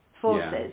forces